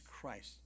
christ